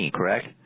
correct